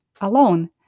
alone